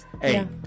Hey